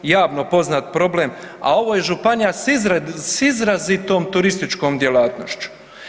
Javno poznat problem, a ovo je županija s izrazitom turističkom djelatnošću.